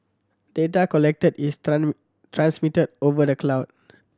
data collected is transmitted over the cloud